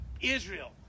Israel